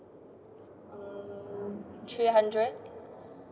hmm three hundred